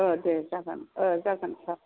अ दे जागोन अ जागोन सार